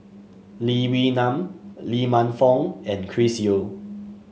Lee Wee Nam Lee Man Fong and Chris Yeo